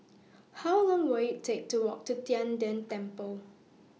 How Long Will IT Take to Walk to Tian De Temple